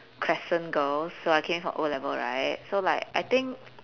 crescent girls' so I came from O level right so like I think